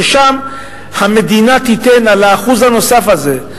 ששם המדינה תיתן על האחוז הנוסף הזה,